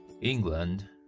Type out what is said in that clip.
England